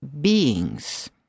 beings